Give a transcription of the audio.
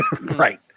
Right